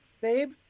babe